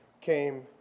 came